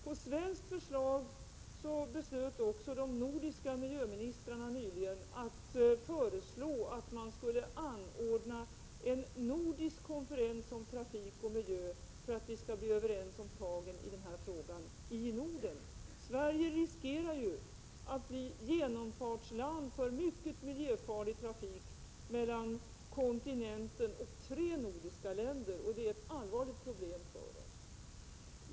Efter ett förslag från svensk sida beslöt de nordiska miljöministrarna nyligen att föreslå att man skulle anordna en nordisk konferens om trafik och miljö för att man i Norden skall bli överens om tagen i denna fråga. Sverige riskerar att bli ett genomfartsland för mycket miljöfarlig trafik mellan kontinenten och tre nordiska länder. Det är ett allvarligt problem för oss.